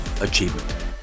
achievement